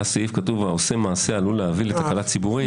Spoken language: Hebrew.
היה סעיף בו כתוב: "העושה מעשה העלול להביא לתקלה ציבורית,